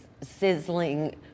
sizzling